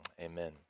amen